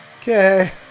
Okay